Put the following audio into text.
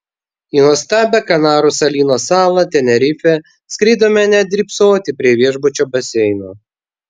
į nuostabią kanarų salyno salą tenerifę skridome ne drybsoti prie viešbučio baseino